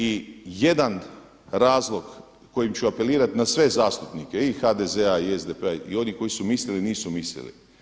I jedan razlog kojim ću apelirat na sve zastupnike i HDZ-a i SDP-a i onih koji su mislili, nisu mislili.